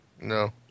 No